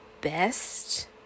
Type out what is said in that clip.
best